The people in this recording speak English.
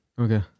Okay